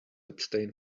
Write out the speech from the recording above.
abstain